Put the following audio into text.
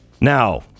Now